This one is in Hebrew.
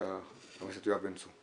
בבקשה, חבר הכנסת יואב בן צור.